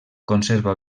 conserva